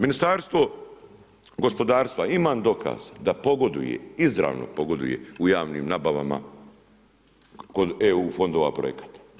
Ministarstvo gospodarstva, imam dokaz da pogoduje, izravno pogoduje u javnim nabavama kod EU fondova projekata.